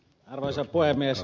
arvoisa puhemies